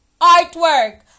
artwork